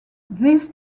this